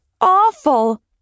awful